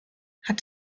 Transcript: hat